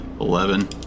Eleven